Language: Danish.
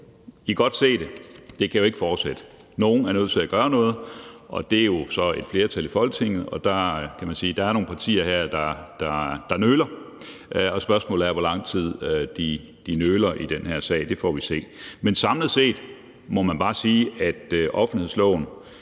godt se det, ikke? Det kan ikke fortsætte, nogle er nødt til at gøre noget, og det er jo så et flertal i Folketinget, og der kan man sige, at der er nogle partier her, der nøler. Spørgsmålet er, hvor lang tid de nøler i den her sag. Det får vi at se. Men samlet set må man bare sige, at offentlighedsloven